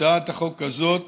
הצעת החוק הזאת